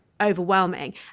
overwhelming